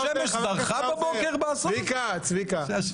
כעשר שנים.